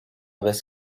vez